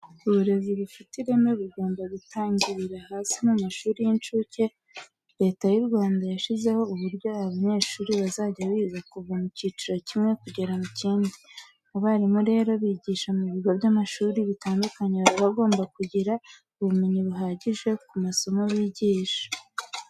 Uburezi bufite ireme bugomba gutangirira hasi mu mashuri y'incuke. Leta y'u Rwanda yashyizeho uburyo abanyeshuri bazajya biga kuva mu cyiciro kimwe kugera mu kindi. Abarimu rero bigisha mu bigo by'amashuri bitandukanye baba bagomba kugira ubumenyi buhagije ku masomo bigisha.